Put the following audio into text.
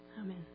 Amen